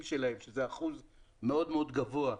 שלהם שמהווים אחוז מאוד מאוד גבוה,